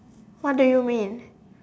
what do you mean